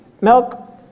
milk